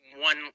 one